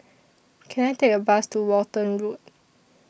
Can I Take A Bus to Walton Road